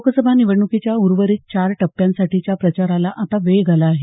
लोकसभा निवडणुकीच्या उर्वरित चार टप्प्यांसाठीच्या प्रचाराला आता वेग आला आहे